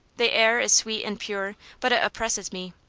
the air is sweet and pure but it oppresses me.